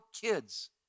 kids